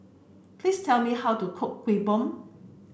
please tell me how to cook Kuih Bom